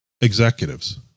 executives